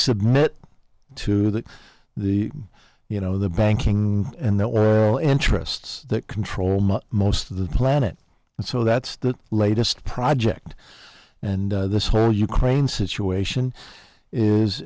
submit to that the you know the banking and the wrists that control most of the planet and so that's the latest project and this whole ukraine situation is